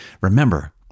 remember